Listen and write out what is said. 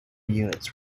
units